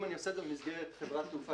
אם אני עושה את זה במסגרת חברת תעופה